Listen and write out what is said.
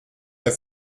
der